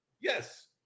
yes